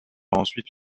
ensuite